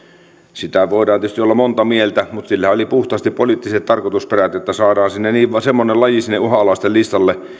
siitä voidaan tietysti olla monta mieltä mutta sillä oli puhtaasti poliittiset tarkoitusperät että saadaan vain semmoinen laji sinne uhanalaisten listalle